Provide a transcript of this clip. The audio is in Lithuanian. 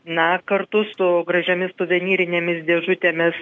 na kartu su gražiomis suvenyrinėmis dėžutėmis